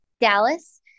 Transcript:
Dallas